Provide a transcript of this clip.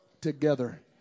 together